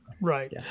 right